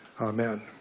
Amen